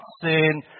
sin